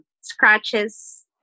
scratches